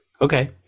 Okay